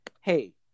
hey